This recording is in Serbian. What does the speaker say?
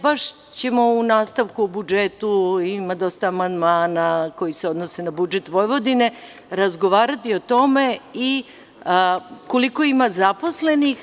Baš ćemo u nastavku o budžetu, ima dosta amandmana koji se odnose na budžet Vojvodine, razgovarati o tome i koliko ima zaposlenih.